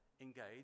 engage